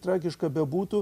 tragiška bebūtų